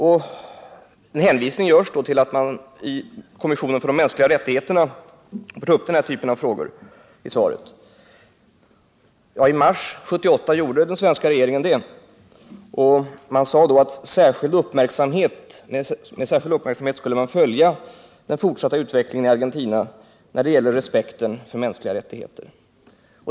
I svaret hänvisas till att vi bör ta upp den här typen av frågor i kommissionen för de mänskliga rättigheterna. I mars 1978 gjorde den svenska regeringen det, och man sade då att man med särskild uppmärksamhet skulle följa den fortsatta utvecklingen i Argentina när det gäller respekten för de mänskliga rättigheterna.